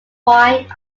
fine